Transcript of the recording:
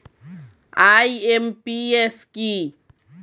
IMPS কি?